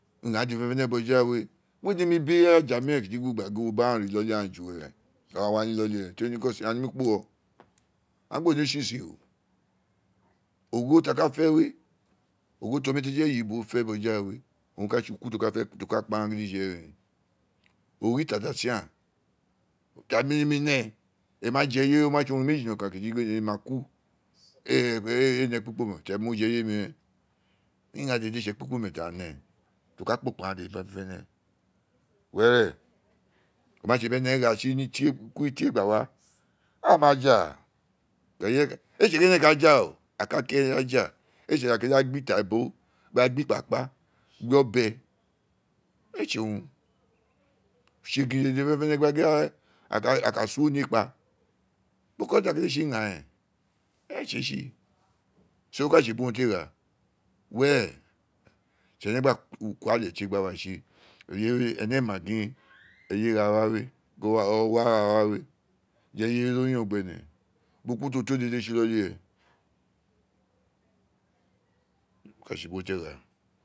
Aghaan dede fenefene boja, we we nemi bi aja minen keren gin wo bij aghaan ri iloli aghaan ju were aa wa waa ni iloli re to ri niko sin a wa nemi kpa uwo a gba eju tse tse ogho ti aghaan ka fe we ogho bi omatietie oyibo fe boja we o ka tse uku ti o ka kpa aghaan gidije we ogho tatasian o ka gin emi we ne emi ma je eye o ma tse oron meji no kan kiti emi ma ku ee ne ekpikpome mo je eye mi ren ighaan we dede owun te tse urun ti o ka kpo kpo aghaan dede keren fenefene were oma tsi bi ene gha tsi ni tie gba wa aa ma ja ee tsi gin ene ka ja oo aka ki ee a ka ja ee tsi ira dede a gba gbi idaibo gba gbi ikpakpa gbe obe ce tsi owun utsegin fenefene a ka su mi kpa bo ko owun a kele tse eren o ka tse ubo bro wun ro gho were ti ene gba ku ale ti e gba wa tsi eye we ene ma gin eye gha wa we o wa gha wawe di eyewe do yon gbemi ubo ku bo tiu uwo to owun re tse iloli re o ka tse ubo te gha.